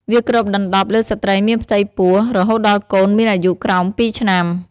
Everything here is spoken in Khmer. វាគ្របដណ្តប់លើស្ត្រីមានផ្ទៃពោះ រហូតដល់កូនមានអាយុក្រោម២ឆ្នាំ។